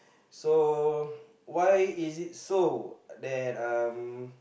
so why is it so that uh